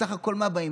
בסך הכול מה באים?